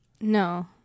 No